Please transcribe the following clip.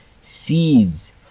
seeds